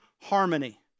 harmony